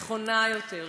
נכונה יותר,